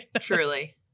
truly